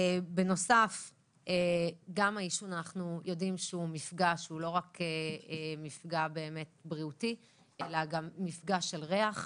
אנחנו יודעים שהעישון הוא לא רק מפגע בריאותי אלא גם מפגע של ריח,